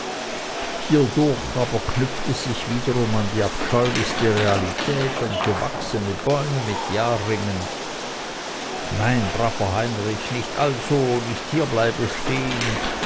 hiedurch aber knüpft es sich wiederum an die abscheulichste realität an gewachsene bäume mit jahrringen nein braver heinrich nicht also nicht hier bleibe stehen